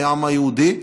בעם היהודי,